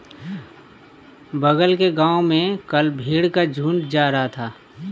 बगल के गांव में कल भेड़ का झुंड जा रहा था